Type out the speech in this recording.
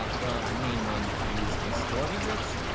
ah the the main one to use in-store visits.